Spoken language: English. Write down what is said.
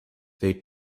they